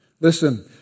Listen